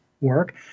work